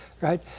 Right